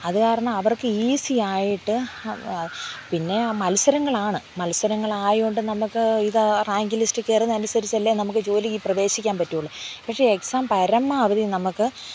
അത് കാരണം അവർക്ക് ഈസി ആയിട്ട് പിന്നെ മത്സരങ്ങളാണ് മത്സരങ്ങളായതുകൊണ്ട് നമുക്ക് ഇത് റാങ്ക് ലിസ്റ്റ് കയറുന്നത് അനുസരിച്ചല്ലേ നമുക്ക് ജോലിക്ക് പ്രവേശിക്കാൻ പറ്റുകയുള്ളൂ പക്ഷേ എക്സാം പരമാവധി നമുക്ക്